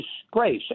disgrace